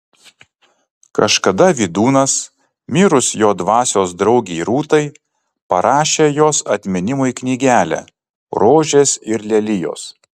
kažkada vydūnas mirus jo dvasios draugei rūtai parašė jos atminimui knygelę rožės ir lelijos